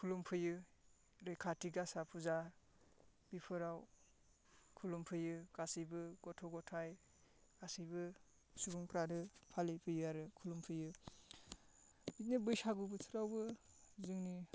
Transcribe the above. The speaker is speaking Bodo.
खुलुमफैयो बे कातिगासा फुजा बिफोराव खुलुमफैयो गासैबो गथ' गथाय गासैबो सुबुंफ्रानो फालि फैयो आरो खुलुमफैयो फालि फैयो बिदिनो बैसागु बोथोरावबो जोंनि